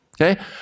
okay